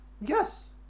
Yes